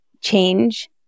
change